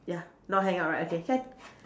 ya not hang up right okay can